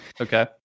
Okay